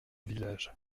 village